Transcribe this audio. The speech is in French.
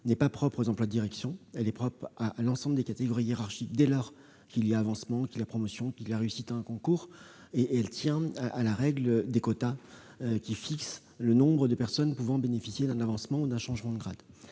n'est donc pas propre aux emplois de direction, mais à l'ensemble des catégories, dès lors qu'il y a avancement, promotion ou réussite à un concours. Le problème tient à la règle des quotas, qui fixe le nombre de personnes pouvant bénéficier d'un avancement ou d'un changement de grade.